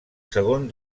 segon